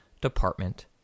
Department